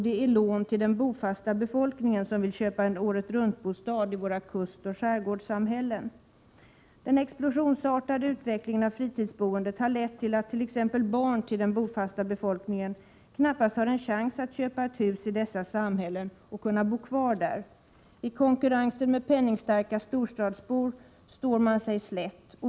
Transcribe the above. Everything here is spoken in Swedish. Det är lån till den bofasta befolkningen för köp av åretruntbostad i våra kustoch skärgårdssamhällen. Den explosionsartade utvecklingen av fritidsboendet har lett till att exempelvis barn till den bofasta befolkningen knappast har en chans att köpa ett hus i dessa samhällen och kunna bo kvar där. I konkurrensen med penningstarka storstadsbor står man sig slätt.